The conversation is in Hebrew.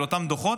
של אותם דוחות,